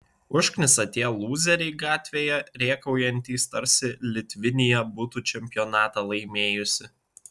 užknisa tie lūzeriai gatvėje rėkaujantys tarsi litvinija būtų čempionatą laimėjusi